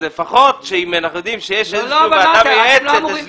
לפחות אם אנחנו יודעים שיש איזושהי ועדה מייעצת,